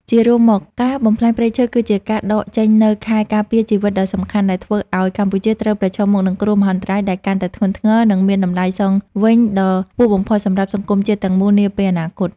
ជារួមមក ការបំផ្លាញព្រៃឈើគឺជាការដកចេញនូវខែលការពារជីវិតដ៏សំខាន់ ដែលធ្វើឱ្យកម្ពុជាត្រូវប្រឈមមុខនឹងគ្រោះមហន្តរាយដែលកាន់តែធ្ងន់ធ្ងរ និងមានតម្លៃសងវិញដ៏ខ្ពស់បំផុតសម្រាប់សង្គមជាតិទាំងមូលនាពេលអនាគត។